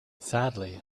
sadly